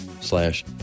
slash